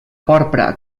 porpra